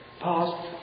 Pause